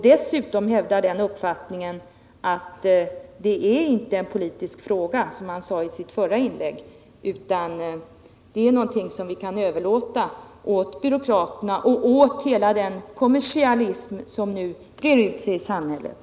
Dessutom hävdade han i sitt förra inlägg att det inte är en politisk fråga utan någonting som vi kan överlåta åt byråkrater och åt den kommersialism som nu breder ut sig i samhället.